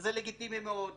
וזה לגיטימי מאוד.